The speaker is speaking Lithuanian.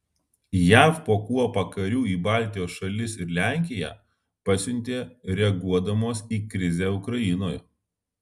jav po kuopą karių į baltijos šalis ir lenkiją pasiuntė reaguodamos į krizę ukrainoje